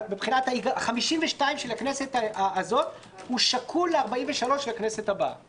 אבל 52 של הכנסת הזאת שקול ל-43 של הכנסת הבאה,